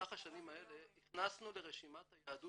במהלך השנים האלה הכנסנו לרשימת היהדות